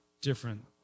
different